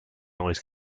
noise